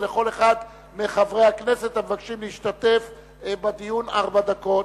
ולכל אחד מחברי הכנסת המבקשים להשתתף בדיון ארבע דקות,